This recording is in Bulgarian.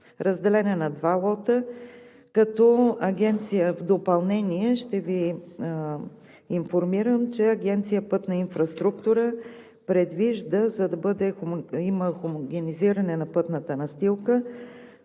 Разделен е на два лота. В допълнение ще Ви информирам, че Агенция „Пътна инфраструктура“ предвижда, за да има хомогенизиране на пътната настилка